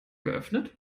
geöffnet